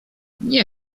nie